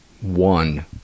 one